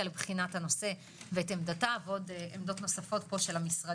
לבחינת הנושא ואת עמדתה ועוד עמדות של המשרדים.